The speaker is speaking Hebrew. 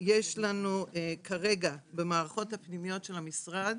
יש לנו כרגע, במערכות הפנימיות של המשרד,